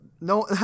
no